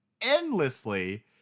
endlessly